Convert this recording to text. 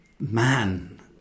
Man